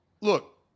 look